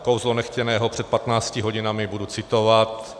Kouzlo nechtěného před patnácti hodinami, budu citovat.